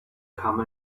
come